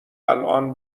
الان